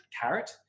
carrot